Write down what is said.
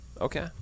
Okay